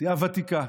סיעה ותיקה.